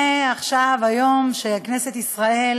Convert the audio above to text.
מעכשיו, היום, כשכנסת ישראל